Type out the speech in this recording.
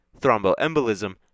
thromboembolism